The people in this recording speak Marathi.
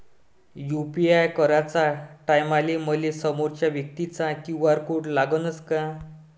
यू.पी.आय कराच्या टायमाले मले समोरच्या व्यक्तीचा क्यू.आर कोड लागनच का?